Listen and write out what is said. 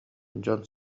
дьон